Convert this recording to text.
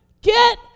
Get